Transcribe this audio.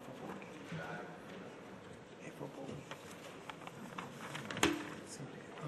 אתה יודע, לפני שאני אתחיל, אתה מחזיר אותי לגן.